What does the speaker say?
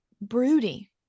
broody